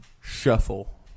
shuffle